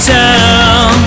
town